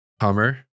Hummer